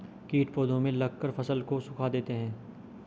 कीट पौधे में लगकर फसल को सुखा देते हैं